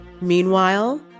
Meanwhile